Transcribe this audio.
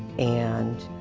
and